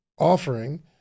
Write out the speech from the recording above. offering